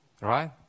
right